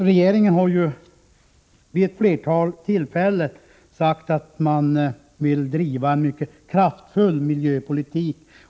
Regeringen har vid flera tillfällen sagt att man vill driva en mycket kraftfull miljöpolitik.